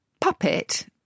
puppet